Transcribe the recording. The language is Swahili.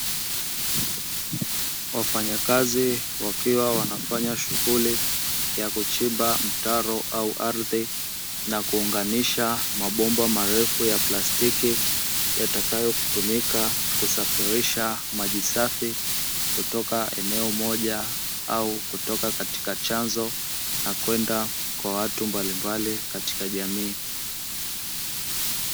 Wafanya kazi wakiwa wanafanya shughuli ya kuchimba mtaro au ardhi na kuunganisha mabomba marefu ya plastiki yatakayotumika kusafirisha maji safi kutoka eneo moja au kutoka katika chanzo na kwenda kwa watu mbalimbali katika jamii.